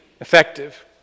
effective